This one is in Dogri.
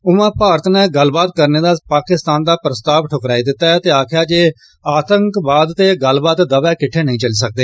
ऊआं भारत नै गल्लबात करने दा पाकिस्तान दा प्रस्ताव दुकराई दिता ऐ ते आक्खेआ ऐ जे आतंकवाद ते गल्लबात दवै किट्टै नेई चली सकदे